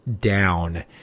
down